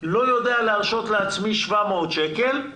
אני לא יכול להרשות לעצמי לשלם 700 שקל.